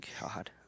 God